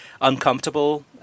uncomfortable